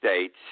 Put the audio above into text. States